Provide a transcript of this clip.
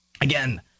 Again